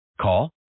Call